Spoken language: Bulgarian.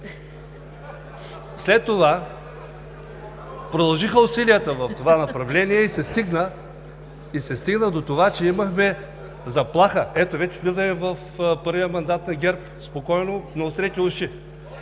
След това продължиха усилията в това направление и се стигна до това, че имахме заплаха – ето вече влизаме в първия мандат на ГЕРБ – спокойно, наострете уши!